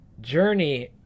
journey